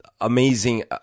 amazing